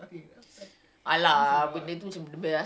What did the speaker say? it scarred you